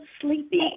sleepy